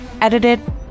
edited